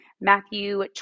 Matthew